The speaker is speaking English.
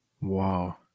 Wow